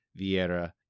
Vieira